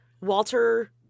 Walter